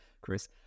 Chris